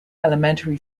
elementary